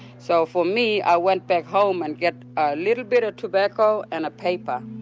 so for me i went back home and get a little bit of tobacco and a paper.